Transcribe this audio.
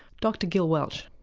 dr gil welch.